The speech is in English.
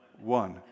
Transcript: one